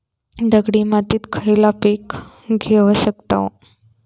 दगडी मातीत खयला पीक घेव शकताव?